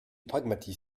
pragmatisme